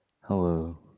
Hello